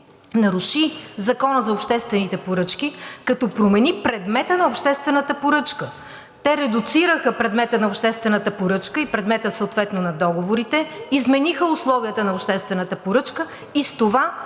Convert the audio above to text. наруши Закона за обществените поръчки, като промени предмета на обществената поръчка. Те редуцираха предмета на обществената поръчка и предмета съответно на договорите, измениха условията на обществената поръчка и с това